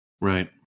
right